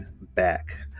back